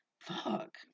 fuck